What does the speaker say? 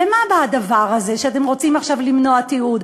למה בא הדבר הזה, שאתם רוצים עכשיו למנוע תיעוד?